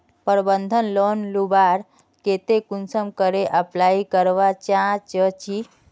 प्रबंधन लोन लुबार केते कुंसम करे अप्लाई करवा चाँ चची?